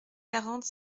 quarante